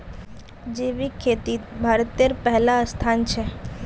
जैविक खेतित भारतेर पहला स्थान छे